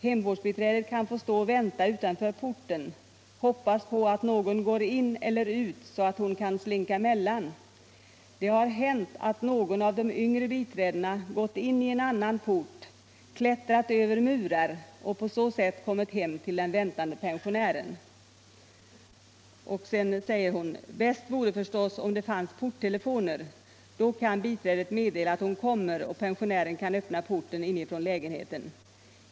Hemvårdsbiträdet kan få stå och vänta utanför porten, hoppas på att någon går in eller ut så att hon kan slinka emellan. Det har hänt att någon av de yngre biträdena gått in i en annan port, klättrat över murar och på så sätt kommit hem till den väntande pensionären.” Marita Täppinen framhåller också: ”Bäst vore förstås om det fanns porttelefoner. Då kan biträdet meddela att hon kommer och pensionären kan öppna porten inifrån lägenheten.